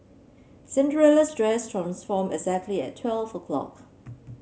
Cinderella's dress transformed exactly at twelve O clock